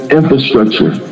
infrastructure